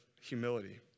humility